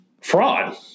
fraud